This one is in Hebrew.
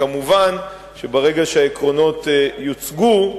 כמובן, ברגע שהעקרונות יוצגו,